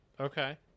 Okay